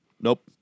Nope